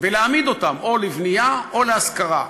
ולהעמיד אותם או לקנייה או להשכרה.